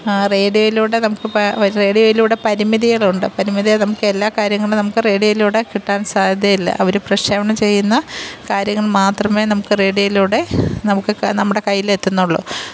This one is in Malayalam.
റേഡിയോയിലൂടെ നമുക്ക് റേഡിയോയിലൂടെ പരിമിതികളുണ്ട് പരിമിതിയെ നമുക്ക് എല്ലാ കാര്യങ്ങളും നമുക്ക് റേഡിയോയിലൂടെ കിട്ടാൻ സാധ്യതയില്ല അവർ പ്രക്ഷേപണം ചെയ്യുന്ന കാര്യങ്ങൾ മാത്രമേ നമുക്ക് റേഡിയോയിലൂടെ നമുക്ക് നമ്മുടെ കയ്യിൽ എത്തുന്നുള്ളൂ